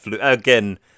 Again